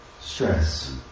stress